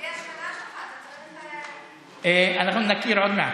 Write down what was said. התשפ"א 2021, נתקבל.